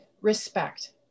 respect